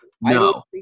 no